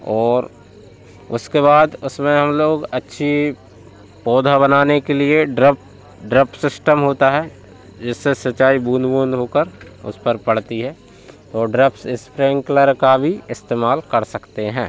और उसके बाद उसमें हम लोग अच्छा पौधा बनाने के लिए ड्रप ड्रप सिस्टम होता है जिससे सिंचाई बूँद बूँद होकर उस पर पड़ती है तो ड्रप्स इस्प्रिंकलर का भी इस्तेमाल कर सकते हैं